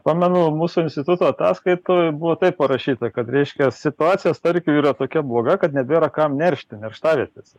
pamenu mūsų instituto ataskaitoj buvo taip parašyta kad reiškias situacija starkių yra tokia bloga kad nebėra kam neršti nerštavietėse